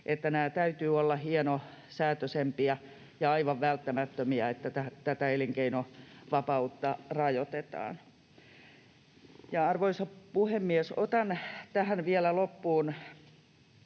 että näiden täytyy olla hienosäätöisempiä ja aivan välttämättömiä, kun tätä elinkeinovapautta rajoitetaan. Arvoisa puhemies! Otan vielä tähän loppuun: